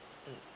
mm